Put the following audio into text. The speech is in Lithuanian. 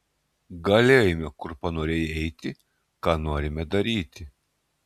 galėjome kur panorėję eiti ką norime daryti